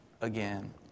again